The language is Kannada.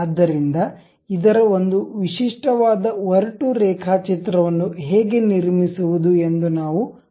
ಆದ್ದರಿಂದ ಇದರ ಒಂದು ವಿಶಿಷ್ಟವಾದ ಒರಟು ರೇಖಾಚಿತ್ರವನ್ನು ಹೇಗೆ ನಿರ್ಮಿಸುವುದು ಎಂದು ನಾವು ನೋಡಲಿದ್ದೇವೆ